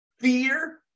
fear